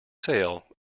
sail